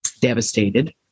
devastated